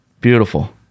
Beautiful